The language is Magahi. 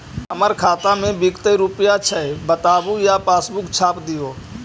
हमर खाता में विकतै रूपया छै बताबू या पासबुक छाप दियो?